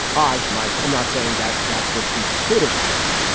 i. mike, i'm not saying that that's what she should have said,